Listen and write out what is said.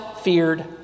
feared